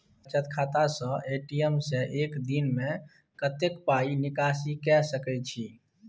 बचत खाता स ए.टी.एम से एक दिन में कत्ते पाई निकासी के सके छि?